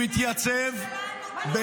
הוא התייצב --- מה זה קשור?